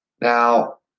Now